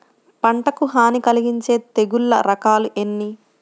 పంటకు హాని కలిగించే తెగుళ్ళ రకాలు ఎన్ని?